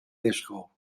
disco